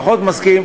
פחות מסכים,